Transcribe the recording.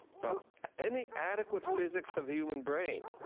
but any adequate physics of the human brain,